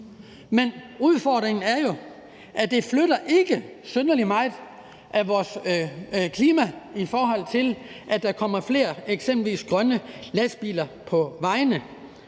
Men udfordringen er jo, at det ikke flytter synderlig meget på klimaområdet, i forhold til at der eksempelvis kommer flere grønne lastbiler på vejene.